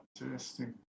Interesting